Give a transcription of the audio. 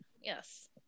yes